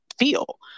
feel